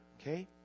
okay